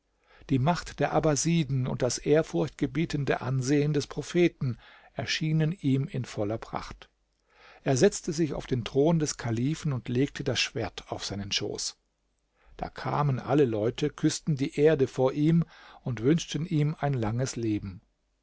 die macht der abassiden und das ehrfurcht gebietende ansehen des propheten erschienen ihm in voller pracht er setzte sich auf den thron des kalifen und legte das schwert auf seinen schoß da kamen alle leute küßten die erde vor ihm und wünschten ihm ein langes leben